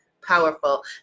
powerful